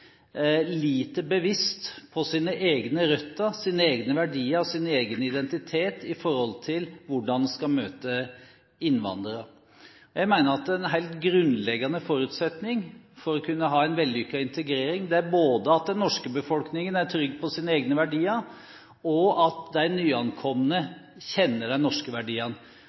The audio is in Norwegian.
lite bevisst på sine egne røtter, sine egne verdier og sin egen identitet i forhold til hvordan en skal møte innvandrere. Jeg mener at en helt grunnleggende forutsetning for å kunne ha en vellykket integrering er både at den norske befolkningen er trygg på sine egne verdier, og at de nyankomne kjenner de norske verdiene.